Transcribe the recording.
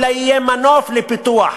אלא יהיה מנוף לפיתוח,